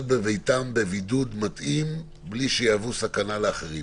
להיות בביתם בבידוד מתאים בלי שיהוו סכנה לאחרים.